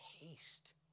taste